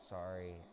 sorry